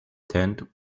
tent